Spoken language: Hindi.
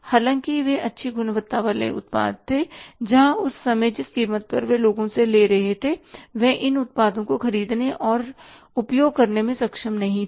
हालांकि वे अच्छी गुणवत्ता वाले उत्पाद थे जहां उस समय जिस कीमत पर वे लोगों से ले रहे थे वह इन उत्पादों को खरीदने और उपयोग करने में सक्षम नहीं थे